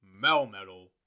Melmetal